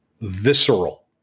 visceral